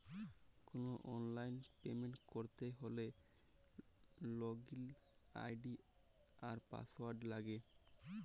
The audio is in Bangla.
কল অললাইল পেমেল্ট ক্যরতে হ্যলে লগইল আই.ডি আর পাসঅয়াড় লাগে